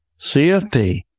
CFP